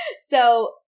So-